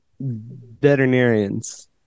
Veterinarians